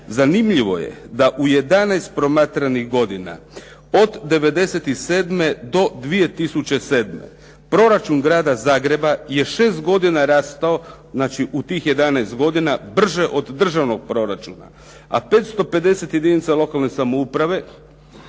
Zanimljivo je da u 11 promatranih godina, od '97. do 2007. proračun Grada Zagreba je 6 godina rastao, znači u tih 11 godina brže od državnog proračuna, a 550 jedinca lokalne samouprave